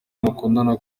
mukundana